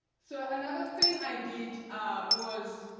so another thing i did was.